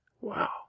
Wow